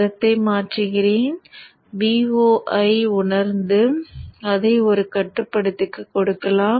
நிறத்தை மாற்றுகிறேன் Vo ஐ உணர்ந்து அதை ஒரு கட்டுப்படுத்திக்கு கொடுக்கலாம்